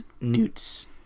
Newt's